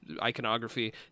iconography